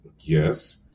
Yes